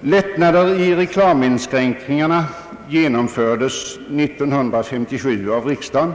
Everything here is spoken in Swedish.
Lättnader i reklaminskränkningarna genomfördes år 1957 av riksdagen,